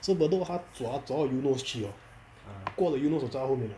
so bedok 他走他走到 eunos 去 hor 过了 eunos 我在他后面